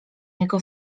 jego